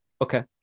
Okay